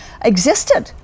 existed